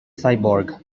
cyborg